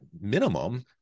minimum